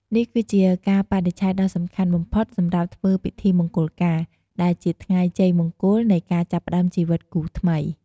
នេះគឺជាកាលបរិច្ឆេទដ៏សំខាន់បំផុតសម្រាប់ធ្វើពិធីមង្គលការ ដែលជាថ្ងៃជ័យមង្គលនៃការចាប់ផ្តើមជីវិតគូថ្មី។